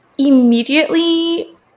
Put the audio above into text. Immediately